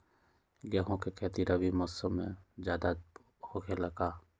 गेंहू के खेती रबी मौसम में ज्यादा होखेला का?